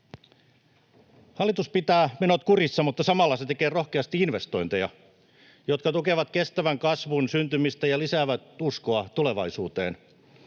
Hallitus pitää menot kurissa, mutta samalla se tekee rohkeasti investointeja, jotka tukevat kestävän kasvun syntymistä ja lisäävät uskoa tulevaisuuteen.